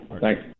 Thanks